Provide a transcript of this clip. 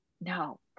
no